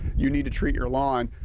you need to treat your lawn.